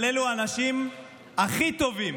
אבל אלו האנשים הכי טובים